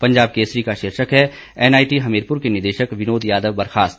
पंजाब कसेरी का शीर्षक है एनआईटी हमीरपुर के निदेशक विनोद यादव बर्खास्त